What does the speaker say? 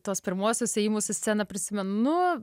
tuos pirmuosius ėjimus į sceną prisimenu